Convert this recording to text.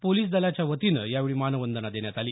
police दलाच्या वतीनं यावेळी मानवंदना देण्यात आली